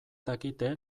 dakite